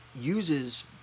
uses